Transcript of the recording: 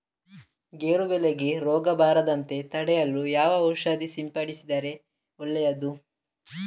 ಗೇರು ಬೆಳೆಗೆ ರೋಗ ಬರದಂತೆ ತಡೆಯಲು ಯಾವ ಔಷಧಿ ಸಿಂಪಡಿಸಿದರೆ ಒಳ್ಳೆಯದು?